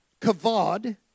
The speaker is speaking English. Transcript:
kavod